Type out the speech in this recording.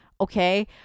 Okay